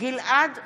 גלעד קריב,